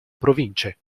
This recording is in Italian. province